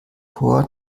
chor